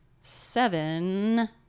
Seven